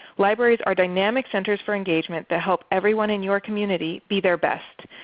libraries are dynamic centers for engagement that help everyone in your community be their best.